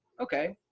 okay.